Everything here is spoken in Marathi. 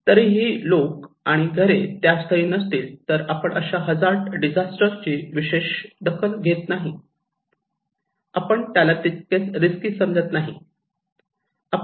तरीही लोक आणि घरे त्या स्थळी नसेल तर आपण अशा हजार्ड डिझास्टरची विशेष दखल घेत नाही आपण त्याला तितकेच रिस्की समजत नाही